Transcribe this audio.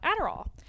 Adderall